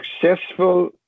successful